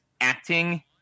acting